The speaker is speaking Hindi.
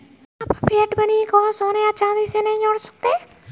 आप फिएट मनी को सोने या चांदी से नहीं जोड़ सकते